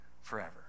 forever